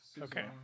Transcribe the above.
Okay